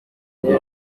gihe